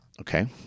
Okay